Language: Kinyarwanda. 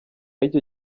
y’icyo